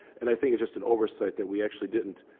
and i think it's just an oversight that we actually didn't